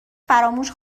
فراموش